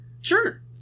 Sure